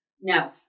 No